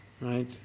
Right